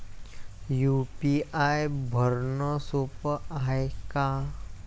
UPI भरनं सोप हाय का?